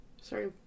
sorry